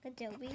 Adobe